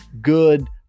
good